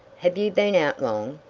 have you been out long?